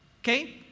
Okay